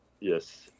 yes